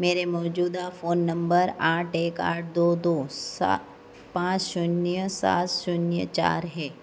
मेरा मौजूदा फ़ोन नम्बर आठ एक आठ दो दो पाँच शून्य सात शून्य चार है